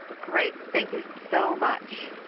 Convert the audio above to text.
great. thank you so much.